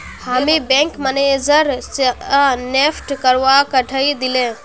हामी bank manager स NEFT करवा कहइ दिले